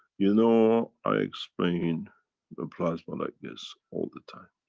you know. i explained the plasma like this all the time.